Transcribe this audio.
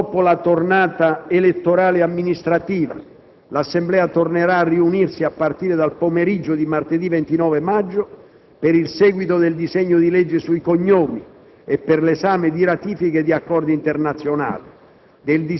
Dopo la tornata elettorale amministrativa, l'Assemblea tornerà a riunirsi a partire dal pomeriggio di martedì 29 maggio per il seguito del disegno di legge sui cognomi e per l'esame di ratifiche di accordi internazionali,